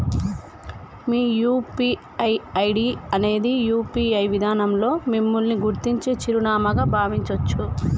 మీ UPI ID అనేది UPI విధానంలో మిమ్మల్ని గుర్తించే చిరునామాగా భావించొచ్చు